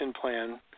plan